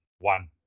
One